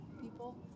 people